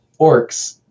orcs